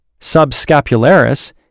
subscapularis